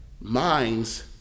minds